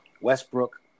Westbrook